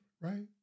right